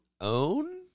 own